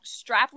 strapless